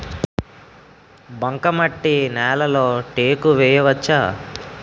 బంకమట్టి నేలలో టేకు వేయవచ్చా?